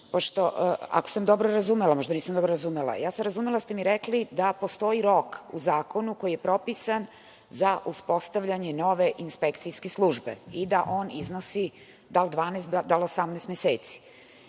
ako sam dobro razumela, možda nisam dobro razumela. Razumela sam da ste mi rekli da postoji rok u zakonu koji je propisan za uspostavljanje nove inspekcijske službe i da on iznosi da li 12, da li 18 meseci.